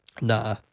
Nah